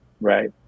Right